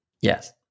Yes